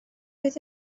oedd